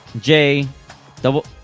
J-double